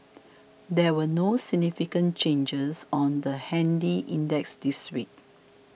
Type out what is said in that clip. there were no significant changes on the handy index this week